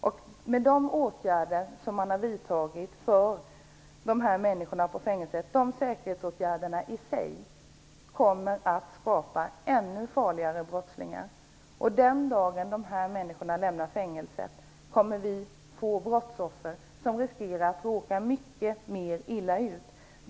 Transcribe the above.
De säkerhetsåtgärder som man har vidtagit för dessa människor på fängelset kommer att skapa ännu farligare brottslingar. Den dagen dessa människor lämnar fängelset riskerar vi att få brottsoffer som råkar mycket mer illa ut.